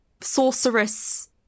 sorceress